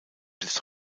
bis